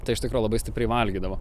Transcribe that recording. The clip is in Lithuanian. tai iš tikro labai stipriai valgydavo